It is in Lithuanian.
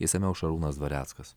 išsamiau šarūnas dvareckas